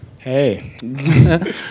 Hey